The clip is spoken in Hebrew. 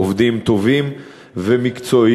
עובדים טובים ומקצועיים.